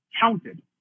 counted